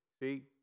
See